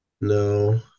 No